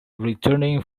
returning